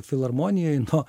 filharmonijoje nuo